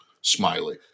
Smiley